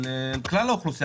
מה מופיע?